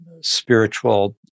spiritual